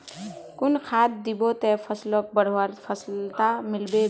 कुन खाद दिबो ते फसलोक बढ़वार सफलता मिलबे बे?